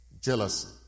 Jealousy